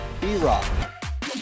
B-Rock